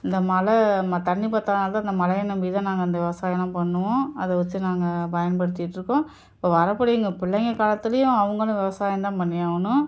இந்த மழை ம தண்ணிப் பத்தாதுனால் தான் அந்த மழைய நம்பி தான் நாங்கள் அந்த விவசாயம்லாம் பண்ணுவோம் அதை வச்சு நாங்கள் பயன்படுத்திட்டிருக்கோம் இப்போ வரக்கூடிய எங்கள் பிள்ளைங்க காலத்துலேயும் அவங்களும் விவசாயம் தான் பண்ணியாகணும்